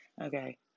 Okay